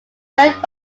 served